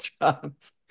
jobs